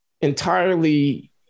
entirely